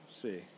see